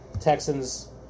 Texans